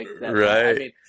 right